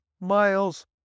miles